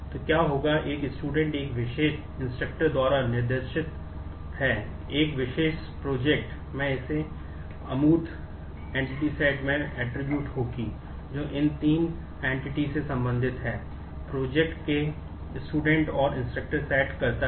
तो यह अमूर्त प्रोजेक्ट सेट करता है